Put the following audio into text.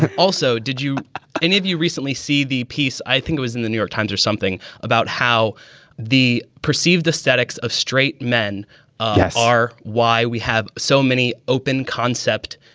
but also, did you any of you recently see the piece? i think it was in the new york times or something about how the perceived aesthetics of straight men are, why we have so many open concept,